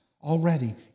already